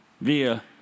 Via